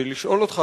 ולשאול אותך,